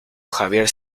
javier